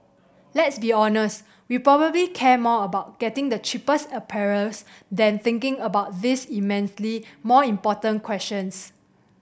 let's be honest we probably care more about getting the cheapest apparels than thinking about these immensely more important questions